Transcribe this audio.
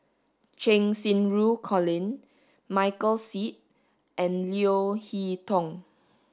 Cheng Xinru Colin Michael Seet and Leo Hee Tong